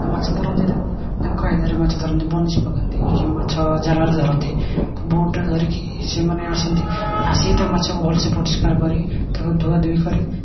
ଆଉ ମାଛ ଧରନ୍ତି ତାକୁ ତାଙ୍କ କାଇଦାରେ ମାଛ ଧରନ୍ତି ବନିଶୀ ପକାନ୍ତି କି ମାଛ ଜାଲରେ ଧରନ୍ତି ତ ବୋଟରେ ଧରିକି ସେମାନେ ଆସନ୍ତି ଆସିକି ମାଛକୁ ଭଲସେ ପରିଷ୍କାର କରି ତାକୁ ଧୁଆଧୋଇ କରି